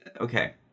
Okay